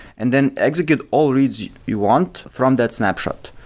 and then execute all reads you want from that snapshot,